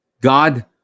God